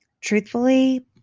truthfully